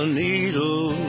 needle